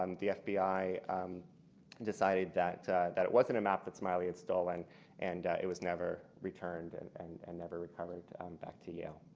um the fbi um and decided that that it wasn't a map that smiley had stolen and it was never returned and and and never recovered back to yeah jail.